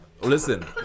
Listen